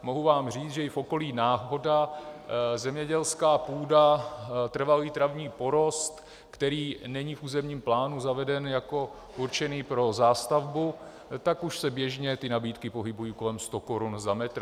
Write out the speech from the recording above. Mohu vám říct, že i v okolí Náchoda zemědělská půda, trvalý travní porost, který není v územním plánu zaveden jako určený pro zástavbu, tak už se běžně nabídky pohybují kolem 100 korun za metr.